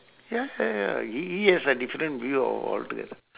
ya ya ya he he has a different view al~ altogether